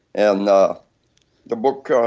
and the the book ah